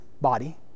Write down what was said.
body